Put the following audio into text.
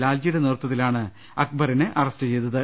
ലാൽജിയുടെ നേതൃത്വത്തിലാണ് അക്ബറിനെ അറസ്റ്റ് ചെയ്തത്